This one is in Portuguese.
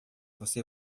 você